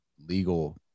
legal